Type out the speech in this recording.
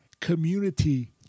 community